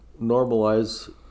normalize